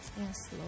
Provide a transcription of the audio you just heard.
Yes